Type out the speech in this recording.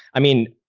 i mean,